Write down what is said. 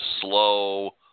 slow